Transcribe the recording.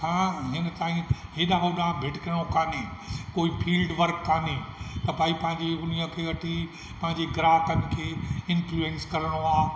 खां हिन टाइम हेॾा होॾा भिटिकिणो काने कोई फिल्ड वर्क काने त भाई पंहिंजी उन्हीअ खे वठी पंहिंजे ग्राहकनि खे इंफल्यूस करिणो आहे